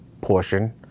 portion